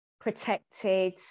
protected